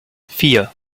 vier